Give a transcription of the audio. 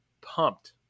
pumped